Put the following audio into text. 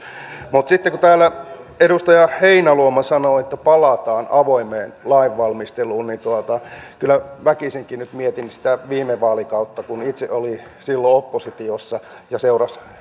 mutta sitten kun täällä edustaja heinäluoma sanoi että palataan avoimeen lainvalmisteluun niin kyllä väkisinkin nyt mietin sitä viime vaalikautta kun itse oli silloin oppositiossa ja seurasi